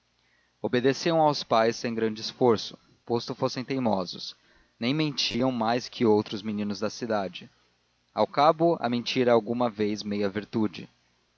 obedeciam aos pais sem grande esforço posto fossem teimosos nem mentiam mais que outros meninos da cidade ao cabo a mentira é alguma vez meia virtude